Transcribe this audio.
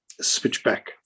switchback